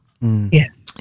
Yes